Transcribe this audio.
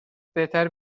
بهتره